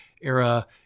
era